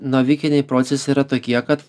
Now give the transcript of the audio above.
navikiniai procesai yra tokie kad